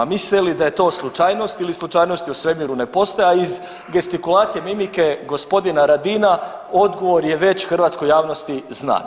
Mislite li da je to slučajnost ili slučajnosti u svemiru ne postoje, a iz gestikulacije, mimike gospodina Radina odgovor je već hrvatskoj javnosti znan.